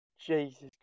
Jesus